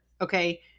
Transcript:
Okay